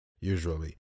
usually